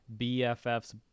BFF's